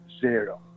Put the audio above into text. zero